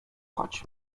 chać